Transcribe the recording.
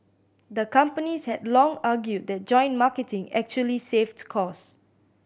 the companies had long argued that joint marketing actually saved costs